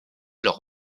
leur